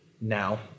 Now